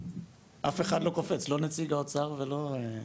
אף אחד לא קופץ, לא נציג האוצר ולא זה.